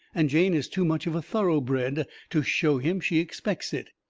and jane is too much of a thoroughbred to show him she expects it.